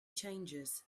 changes